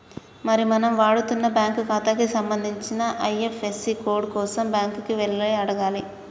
మరి మనం వాడుతున్న బ్యాంకు ఖాతాకి సంబంధించిన ఐ.ఎఫ్.యస్.సి కోడ్ కోసం బ్యాంకు కి వెళ్లి అడగాలి